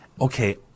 Okay